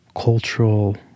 cultural